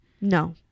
No